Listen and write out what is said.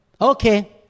okay